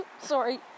Sorry